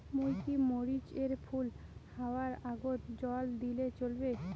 মুই কি মরিচ এর ফুল হাওয়ার আগত জল দিলে চলবে?